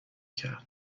کرد